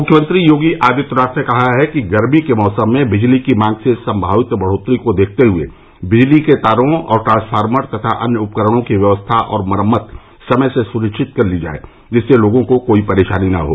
मुख्यमंत्री योगी आदित्यनाथ ने कहा है कि गर्मी के मौसम में बिजली की मांग में संभावित बढ़ोत्तरी को देखते हए बिजली के तारों और ट्रांसफार्मर तथा अन्य उपकरणों की व्यवस्था और मरम्मत समय से सुनिश्चित कर ली जाये जिससे लोगों को कोई परेशानी न हो